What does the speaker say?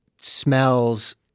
smells